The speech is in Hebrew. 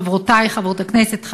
חברותי חברות הכנסת,